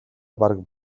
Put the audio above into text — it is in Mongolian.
бараг